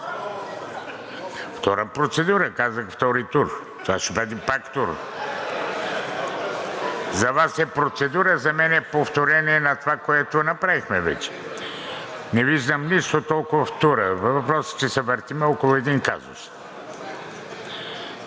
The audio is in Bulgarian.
Втора процедура. Казах: втори тур. Това ще бъде пак тур. (Шум и реплики. Смях.) За Вас е процедура, за мен е повторение на това, което направихме вече. Не виждам нищо толкова в тура. Въпросът е, че се въртим около един казус,